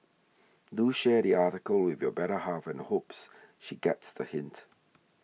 do share the article with your better half and hopes she gets the hint